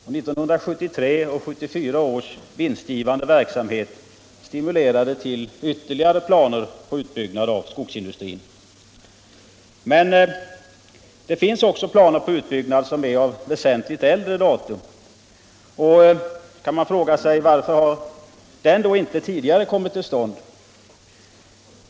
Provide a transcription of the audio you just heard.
1973 och 1974 års vinstgivande verksamhet stimulerade till ytterligare planer på utbyggnad av skogsindustrin. Men det finns också planer på utbyggnad som är av väsentligt äldre datum. Då kan man fråga sig: Varför har den då inte tidigare kommit till stånd?